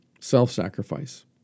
Self-sacrifice